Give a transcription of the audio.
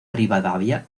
rivadavia